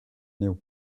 anezho